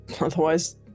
otherwise